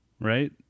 right